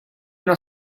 una